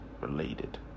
related